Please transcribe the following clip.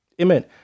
Amen